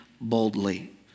boldly